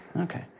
Okay